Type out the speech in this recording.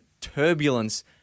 turbulence